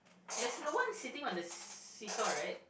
there's no one seating on the seesaw right